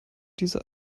diese